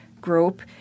group